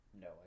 no